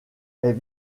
est